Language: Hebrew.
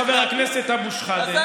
חבר הכנסת אבו שחאדה,